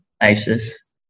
ISIS